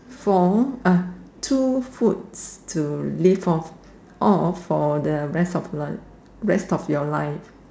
four two foods to live off or for the rest of your life